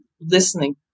listening